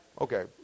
Okay